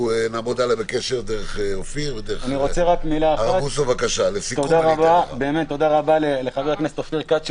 יוסי: אני רוצה להודות לחבר הכנסת אופיר כץ,